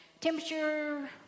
Temperature